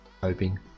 hoping